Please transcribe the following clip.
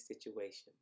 situations